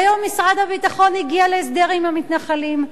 היום משרד הביטחון הגיע להסדר עם המתנחלים.